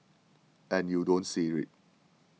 and you don't see